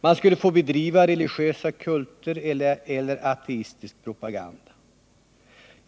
Man skulle få bedriva religiösa kulter eller ateistisk propaganda.